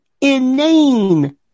inane